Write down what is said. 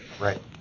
right